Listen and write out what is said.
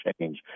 change